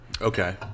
Okay